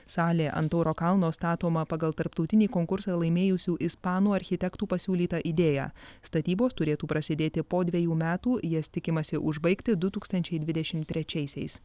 salė ant tauro kalno statoma pagal tarptautinį konkursą laimėjusių ispanų architektų pasiūlytą idėją statybos turėtų prasidėti po dvejų metų jas tikimasi užbaigti du tūkstančiai dvidešimt trečiaisiais